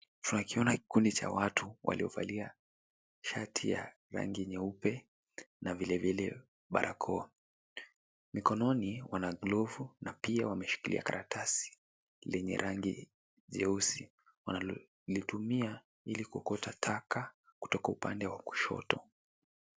Tunakiona kikundi cha watu waliovalia shati ya rangi nyeupe na vile vile barakoa. Mikononi wana glovu na pia wameshikilia karatasi yenye rangi nyeusi. Wanalitumia ili kuokota taka kutoka upande wa kushoto.